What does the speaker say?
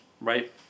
right